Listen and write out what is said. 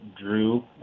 drew